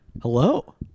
Hello